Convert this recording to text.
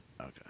Okay